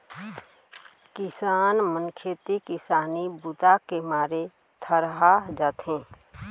किसान मन खेती किसानी बूता के मारे थरहा जाथे